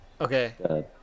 Okay